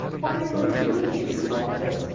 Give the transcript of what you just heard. what are you going to do with me, mr. walmsley?